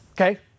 okay